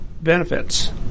benefits